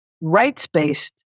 rights-based